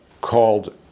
called